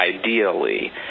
ideally